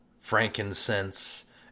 frankincense